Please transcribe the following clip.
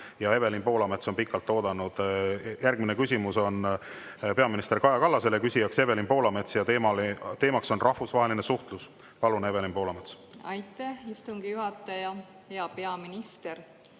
Evelin Poolamets on pikalt oodanud. Järgmine küsimus on peaminister Kaja Kallasele, küsija on Evelin Poolamets ja teema on rahvusvaheline suhtlus. Palun, Evelin Poolamets! Liigume järgmise